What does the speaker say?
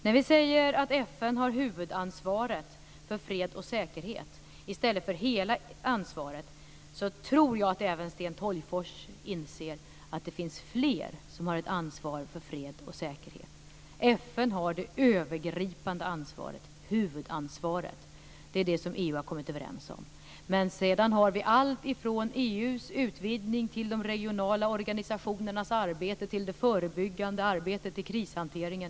När vi säger att FN har huvudansvaret för fred och säkerhet i stället för hela ansvaret tror jag att även Sten Tolgfors inser att det finns fler som har ett ansvar för fred och säkerhet. FN har det övergripande ansvaret, huvudansvaret, det som EU har kommit överens om. Sedan har vi allt ifrån EU:s utvidgning till de regionala organisationernas arbete, till det förebyggande arbetet och till krishanteringen.